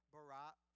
Barat